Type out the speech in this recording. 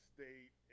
State